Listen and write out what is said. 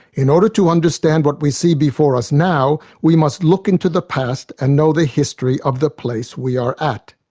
in order to understand what we see before us now, we must look into the past and know the history of the place we are at.